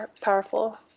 powerful